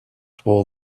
spoil